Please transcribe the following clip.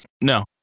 no